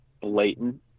blatant